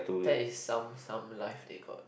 that is some some life they got